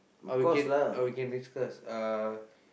or we can or we can discuss uh